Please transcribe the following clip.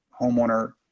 homeowner